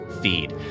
feed